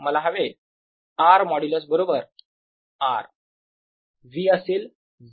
मला हवे r modulus बरोबर R V असेल 0